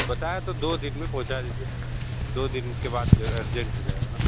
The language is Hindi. बताया तो दो दिन में पहुँचा दीजिए दो दिन के बाद जो है अर्जेन्ट जाएगा ना